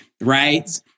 right